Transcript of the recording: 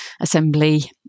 assembly